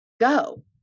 go